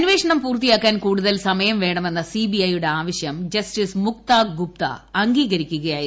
അന്വേഷണം പൂർത്തിയാക്കാൻ കൂടുതൽ സമയം വേണമെന്ന സി ബി ഐ യുടെ ആവശ്യുക് ജസ്റ്റിസ് മുക്താ ഗുപ്ത അംഗീകരിക്കുകയായിരുന്നു